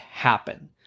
happen